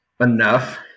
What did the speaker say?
enough